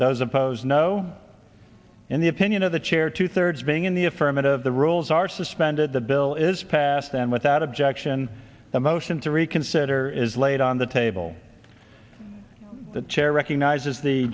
those opposed no in the opinion of the chair two thirds being in the affirmative the rules are suspended the bill is passed and without objection a motion to reconsider is laid on the table the chair recognizes the